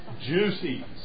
juicy